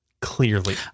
Clearly